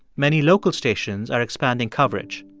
many local stations are expanding coverage.